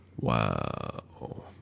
Wow